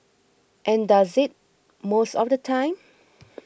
and does it most of the time